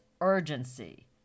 urgency